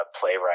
playwright